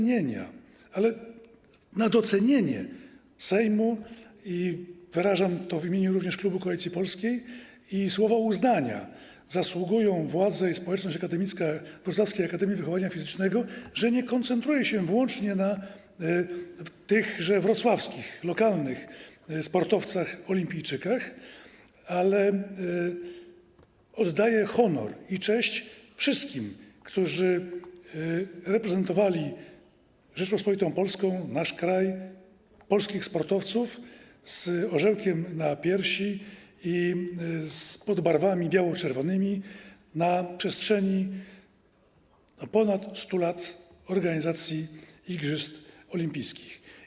Na docenienie Sejmu - i wyrażam to w imieniu klubu Koalicji Polskiej - i słowo uznania zasługują władze i społeczność akademicka Wrocławskiej Akademii Wychowania Fizycznego, ponieważ nie koncentrują się one wyłącznie na tychże wrocławskich, lokalnych sportowcach olimpijczykach, ale oddają honor i cześć wszystkim, którzy reprezentowali Rzeczpospolitą Polską, nasz kraj, polskich sportowców z orzełkiem na piersi, pod barwami biało-czerwonymi na przestrzeni ponad 100-letniej organizacji igrzysk olimpijskich.